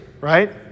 right